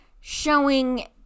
showing